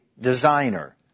designer